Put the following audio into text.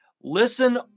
Listen